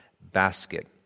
basket